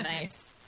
nice